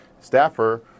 staffer